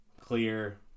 clear